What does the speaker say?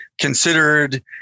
considered